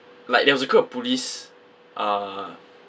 like there was a group of police uh